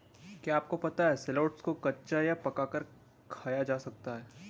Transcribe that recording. क्या आपको पता है शलोट्स को कच्चा या पकाकर खाया जा सकता है?